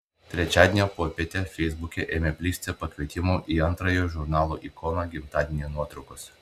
trečiadienio popietę feisbuke ėmė plisti pakvietimų į antrąjį žurnalo ikona gimtadienį nuotraukos